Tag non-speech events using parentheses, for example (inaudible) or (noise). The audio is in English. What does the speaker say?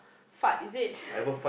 fart is it (laughs)